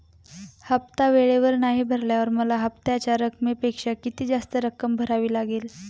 हफ्ता वेळेवर नाही भरल्यावर मला हप्त्याच्या रकमेपेक्षा किती जास्त रक्कम भरावी लागेल?